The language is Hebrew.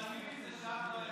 מתעלמים מזה שאז לא היו חיסונים.